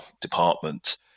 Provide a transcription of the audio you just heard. department